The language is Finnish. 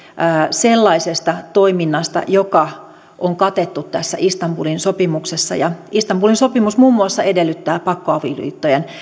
sellaisesta toiminnasta joka on katettu tässä istanbulin sopimuksessa istanbulin sopimus muun muassa edellyttää pakkoavioliittojen